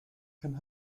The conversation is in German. kann